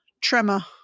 Tremor